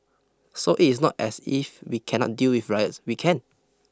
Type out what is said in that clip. so it is not as if we cannot deal with riots we can